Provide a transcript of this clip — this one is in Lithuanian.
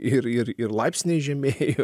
ir ir ir laipsniai žemėjo